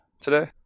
today